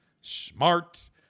smart